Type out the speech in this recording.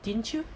didn't you